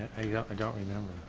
i don't remember.